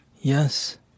Yes